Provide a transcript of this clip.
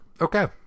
okay